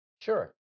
Sure